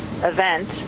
event